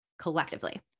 collectively